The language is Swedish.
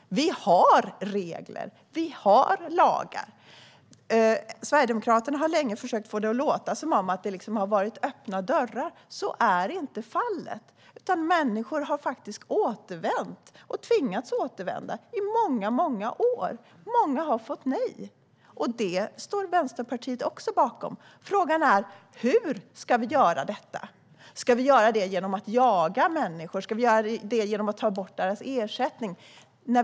Vi har lagar och regler. Sverigedemokraterna har länge fått det att låta som att det har varit öppna dörrar. Så är inte fallet. Människor har tvingats återvända i många år. Många har fått nej. Det står Vänsterpartiet också bakom. Frågan är hur vi ska göra det. Ska vi göra det genom att jaga människor? Ska vi göra det genom att ta bort deras ersättning?